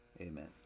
Amen